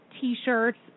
T-shirts